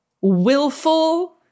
Willful